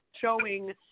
showing